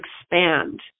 expand